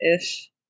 ish